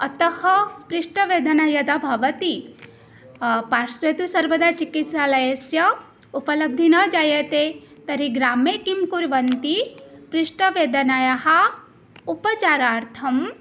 अतः पृष्ठवेदना यदा भवति पार्श्वे तु सर्वदा चिकित्सालयस्य उपलब्धिः न जायते तर्हि ग्रामे किं कुर्वन्ति पृष्ठवेदनायाः उपचारार्थं